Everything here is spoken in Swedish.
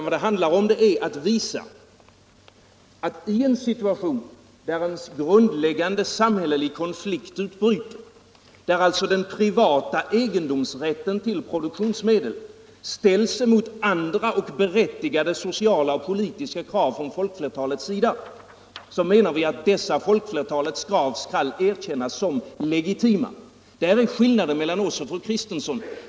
Vad det rör sig om är att i en situation där en grundläggande samhällelig konflikt utbryter, där den privata egendomsrätten till produktionsmedel ställs mot andra och berättigade sociala och politiska krav från folkflertalets sida, där menar vi att folkflertalets krav skall erkännas som legitima. Det är skillnaden mellan oss och fru Kristensson.